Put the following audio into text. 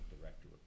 director